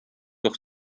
doch